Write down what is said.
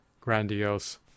grandiose